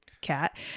cat